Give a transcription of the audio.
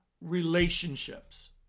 relationships